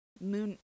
moon